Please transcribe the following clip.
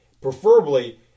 preferably